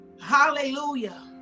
hallelujah